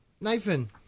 Nathan